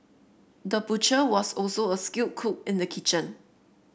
the butcher was also a skilled cook in the kitchen